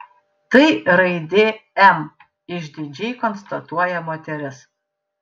tai raidė m išdidžiai konstatuoja moteris